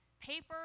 Paper